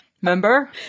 Remember